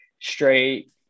straight